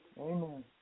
Amen